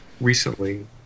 recently